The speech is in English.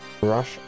rush